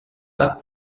pas